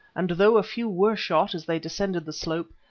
and though a few were shot as they descended the slope,